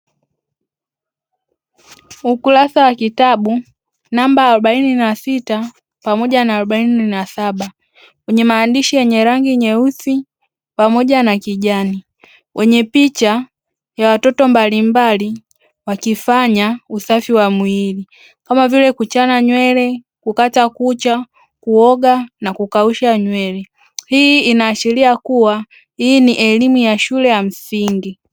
Ukurasa wa kitabu namba arobaini na sita pamoja na arobaini na saba, wenye maandishi yenye rangi nyeusi pamoja na kijani wenye picha ya watoto mbalimbali wakifanya usafi wa mwili, kama vile kuchana nywele, kukata kucha, kuoga na kukausha nywele, hii inaashiria kuwa hii ni elimu ya shule ya msingi.